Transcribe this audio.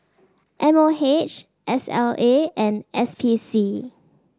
M O H S L A and S P C